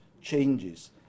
changes